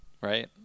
right